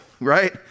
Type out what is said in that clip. Right